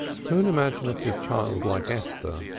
to an imaginative child like esther,